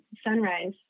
sunrise